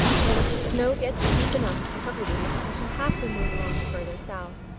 but if the snow gets deep enough to cover these i shall have to move along farther south.